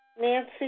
Nancy